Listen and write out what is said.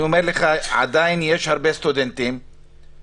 אני אומר לך שעדיין יש הרבה סטודנטים מאוקרינה.